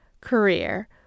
career